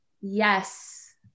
yes